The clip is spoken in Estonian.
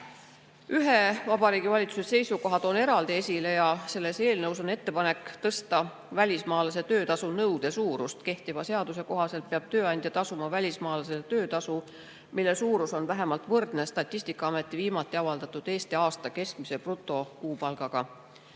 Ühe Vabariigi Valitsuse seisukoha toon eraldi esile. Selles eelnõus on ettepanek tõsta välismaalase töötasu nõude suurust. Kehtiva seaduse kohaselt peab tööandja tasuma välismaalasele töötasu, mille suurus on vähemalt võrdne Statistikaameti viimati avaldatud Eesti aasta keskmise brutokuupalgaga.